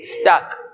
Stuck